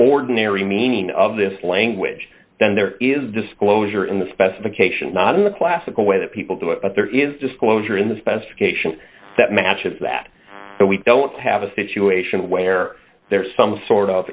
ordinary meaning of this language then there is disclosure in the specification not in the classical way that people do it but there is disclosure in the specification that matches that so we don't have a situation where there is some sort of